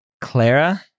Clara